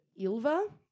Ilva